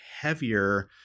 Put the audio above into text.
heavier